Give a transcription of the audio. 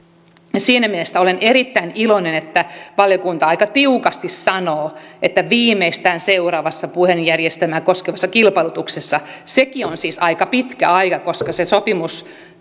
siinä mielessä olen erittäin iloinen että valiokunta aika tiukasti sanoo että viimeistään seuraavassa puhelinjärjestelmää koskevassa kilpailutuksessa sekin on siis aika pitkä aika koska se sopimus